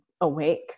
awake